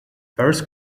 first